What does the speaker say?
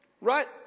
Right